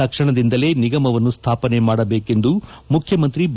ತಕ್ಷಣದಿಂದಲೇ ನಿಗಮವನ್ನು ಸ್ಥಾಪನೆ ಮಾಡಬೇಕೆಂದು ಮುಖ್ಯಮಂತ್ರಿ ಬಿ